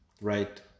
right